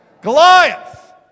Goliath